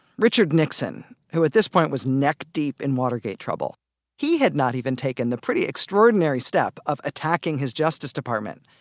richard nixon who at this point was neck-deep in watergate trouble he had not even taken the pretty extraordinary step of attacking his justice department,